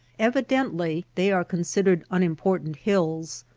evidently they are considered unimportant hills,